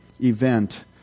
event